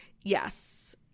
Yes